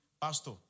Pastor